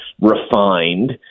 refined